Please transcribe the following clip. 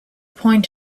point